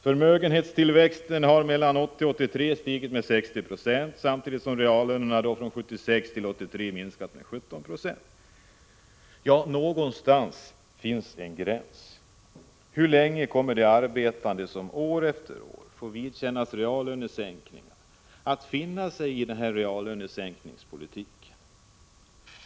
Förmögenhetstillväxten har åren 1980-1983 uppgått till 60 26, samtidigt som reallönerna från 1976 till 1983 minskat med 17 96. Någonstans finns det en gräns. Hur länge kommer de arbetande, som år efter år får vidkännas reallönesänkningar, att finna sig i den sortens politik?